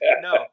No